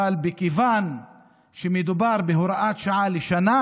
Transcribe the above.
אבל מכיוון שמדובר בהוראת שעה לשנה,